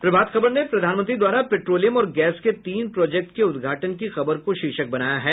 प्रभात खबर ने प्रधानमंत्री द्वारा पेट्रोलियम और गैस के तीन प्रोजेक्टों के उद्घाटन की खबर को शीर्षक बनाया है